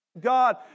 God